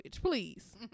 please